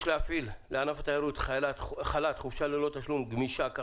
יש להפעיל לענף התיירות חל"ת גמיש כך